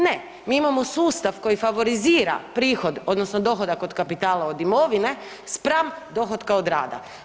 Ne, mi imamo sustav koji favorizira prihod, odnosno dohodak od kapitala od imovine spram dohotka od rada.